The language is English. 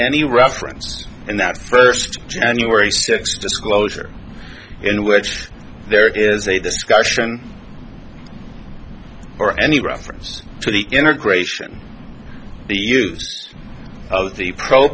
any reference in that first january sixth disclosure in which there is a discussion or any reference to the integration use of the pro